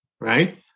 Right